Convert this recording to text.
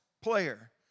player